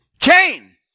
Cain